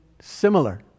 similar